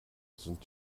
sind